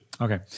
okay